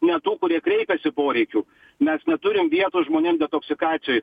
net tų kurie kreipiasi poreikių mes neturim vietų žmonėm detoksikacijoj